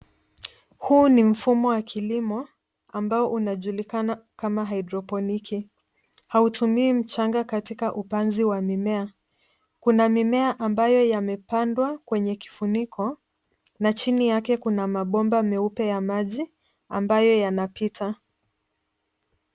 Huu ni mfumo wa kilimo ambao unajulikana kama hydroponic . Hautumii mchanga katika upanzi wa mimea. Kuna mimea ambayo yamepandwa kwenye kifuniko na chini yake kuna mabomba meupe ya maji ambayo yanapita.